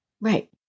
Right